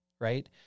right